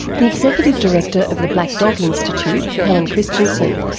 the executive director of the black dog institute, helen christensen,